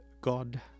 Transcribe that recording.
God